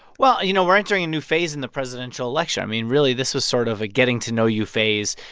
well, you know, we're entering a new phase in the presidential election. i mean, really, this was sort of a getting-to-know-you phase.